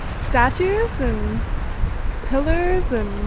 statues and pillars and